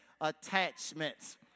attachments